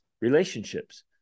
relationships